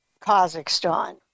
Kazakhstan